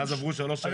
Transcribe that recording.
מאז עברו שלוש שנים.